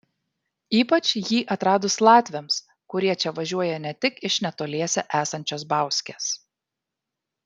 ypač jį atradus latviams kurie čia važiuoja ne tik iš netoliese esančios bauskės